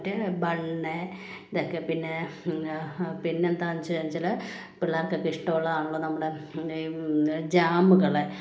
മറ്റ് ബണ്ണ് ഇതൊക്കെ പിന്നെ പിന്നെന്താണെന്ന് ചോദിച്ചാൽ പിള്ളേർക്കൊക്കെ ഇഷ്ടമുള്ളതാണല്ലോ നമ്മുടെ ജാമുകൾ